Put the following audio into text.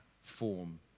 form